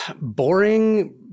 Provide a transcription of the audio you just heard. boring